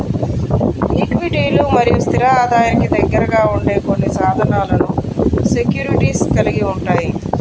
ఈక్విటీలు మరియు స్థిర ఆదాయానికి దగ్గరగా ఉండే కొన్ని సాధనాలను సెక్యూరిటీస్ కలిగి ఉంటాయి